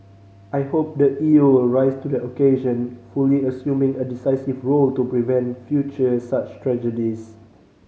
I hope the E U will rise to the occasion fully assuming a decisive role to prevent future such tragedies